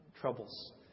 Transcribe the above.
troubles